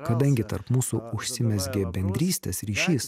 kadangi tarp mūsų užsimezgė bendrystės ryšys